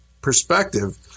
perspective